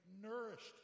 nourished